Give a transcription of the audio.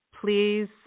please